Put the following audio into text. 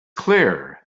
clear